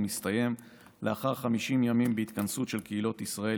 ומסתיים לאחר 50 ימים בהתכנסות של קהילות ישראל